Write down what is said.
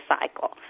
cycle